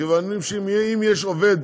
מכיוון שאם יש עובד